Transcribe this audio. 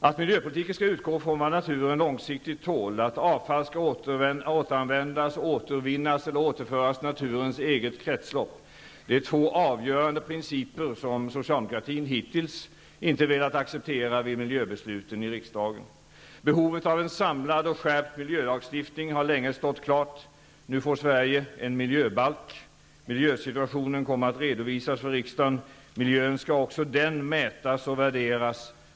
Att miljöpolitiken skall utgå från vad naturen långsiktigt tål, att avfall skall återanvändas, återvinnas eller återföras till naturens eget kretslopp är två avgörande principer, som socialdemokratin hittills inte velat acceptera vid miljöbesluten i riksdagen. Behovet av en samlad och skärpt miljölagstiftning har länge stått klart. Nu får Sverige en miljöbalk. Miljösituationen kommer att redovisas för riksdagen. Miljön skall också den mätas och värderas.